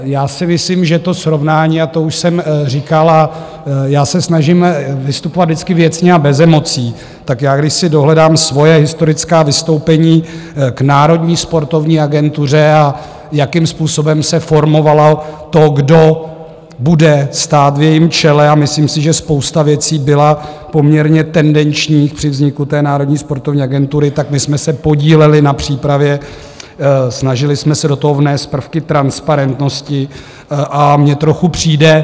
Já si myslím, že to srovnání, a to už jsem říkal já se snažím vystupovat vždycky věcně a bez emocí tak když si dohledám svoje historická vystoupení k Národní sportovní agentuře a jakým způsobem se formovalo to, kdo bude stát v jejím čele, a myslím si, že spousta věcí byla poměrně tendenčních při vzniku Národní sportovní agentury, tak my jsme se podíleli na přípravě, snažili jsme se do toho vnést prvky transparentnosti, a mně trochu přijde...